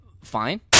Fine